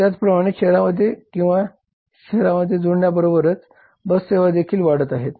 त्याचप्रमाणे शहरांमध्ये आणि शहरांना जोडण्याबरोबरच बस सेवा देखील वाढत आहेत